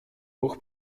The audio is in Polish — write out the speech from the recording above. ruch